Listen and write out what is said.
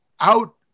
out